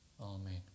Amen